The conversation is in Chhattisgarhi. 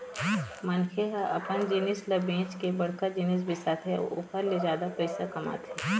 मनखे ह अपने जिनिस ल बेंच के बड़का जिनिस बिसाथे अउ ओखर ले जादा पइसा कमाथे